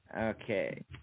Okay